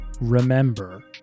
Remember